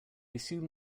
assume